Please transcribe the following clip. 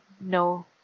no